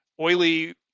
oily